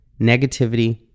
negativity